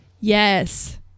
Yes